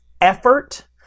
effort